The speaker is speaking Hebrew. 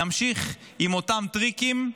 נמשיך עם אותם טריקים.